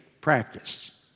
practice